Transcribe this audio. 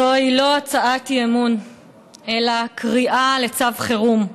זוהי לא הצעת אי-אמון אלא קריאה לצו חירום.